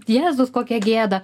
jėzus kokia gėda